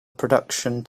production